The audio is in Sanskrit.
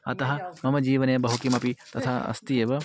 अतः मम जीवने बहु किमपि तथा अस्ति एव